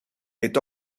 est